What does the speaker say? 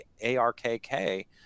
A-R-K-K